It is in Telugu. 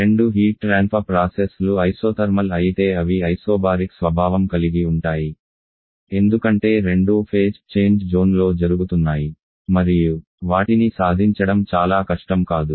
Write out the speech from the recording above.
రెండు ఉష్ణ బదిలీ ప్రాసెస్ లు ఐసోథర్మల్ అయితే అవి ఐసోబారిక్ స్వభావం కలిగి ఉంటాయి ఎందుకంటే రెండూ ఫేజ్ చేంజ్ జోన్లో జరుగుతున్నాయి మరియు వాటిని సాధించడం చాలా కష్టం కాదు